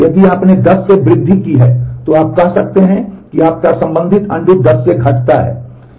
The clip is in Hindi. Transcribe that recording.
यदि आपने 10 से वृद्धि की है तो आप कह सकते हैं कि आपका संबंधित अनडू 10 से घटता है